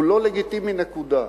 הוא לא לגיטימי, נקודה.